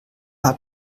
hat